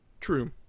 true